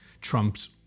Trump's